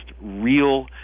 real